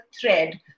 thread